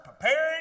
Preparing